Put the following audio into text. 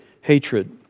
hatred